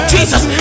Jesus